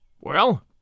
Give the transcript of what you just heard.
Well